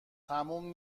تموم